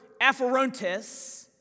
aphorontes